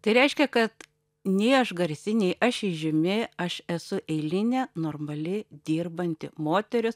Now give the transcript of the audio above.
tai reiškia kad nei aš garsi nei aš įžymi aš esu eilinė normali dirbanti moteris